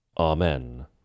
Amen